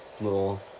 little